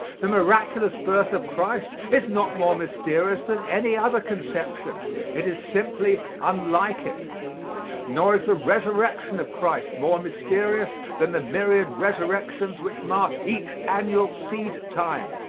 the miraculous birth of christ is not more mysterious than any other conception it is simply unlike it nor is the resurrection of christ more mysterious than the myriad resurrections which mark each annual seed-time.